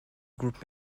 group